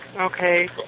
Okay